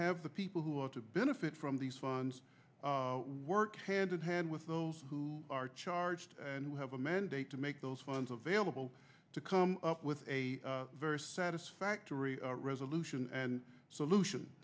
have the people who want to benefit from these funds work hand in hand with those who are charged and we have a mandate to make those funds available to come up with a very satisfactory resolution and so lu